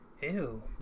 Ew